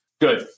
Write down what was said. Good